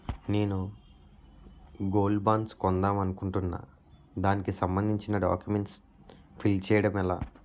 నేను gold bonds కొందాం అనుకుంటున్నా దానికి సంబందించిన డాక్యుమెంట్స్ ఫిల్ చేయడం ఎలా?